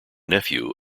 nephew